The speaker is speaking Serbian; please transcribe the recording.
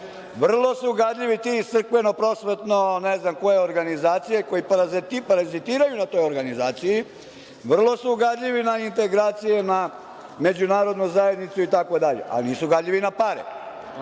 vrlo su gadljivi ti iz crkveno-prosvetno, ne znam koje organizacije koje parazitiraju na toj organizaciji, vrlo su gadljivi na integracije na Međunarodnu zajednicu itd, ali nisu gadljivi na pare. Ovde